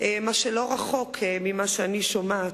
מה שלא רחוק ממה שאני שומעת.